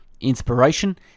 inspiration